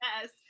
yes